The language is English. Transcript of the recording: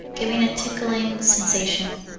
giving a tickling sensation.